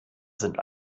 sind